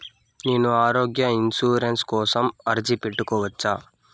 నేను ఆరోగ్య ఇన్సూరెన్సు కోసం అర్జీ పెట్టుకోవచ్చా?